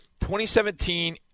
2017